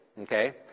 Okay